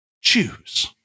Choose